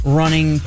running